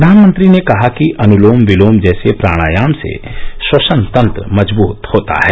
प्रधानमंत्री ने कहा कि अनुलोम विलोम जैसे प्राणायाम से श्वसन तंत्र मजबृत होता है